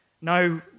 No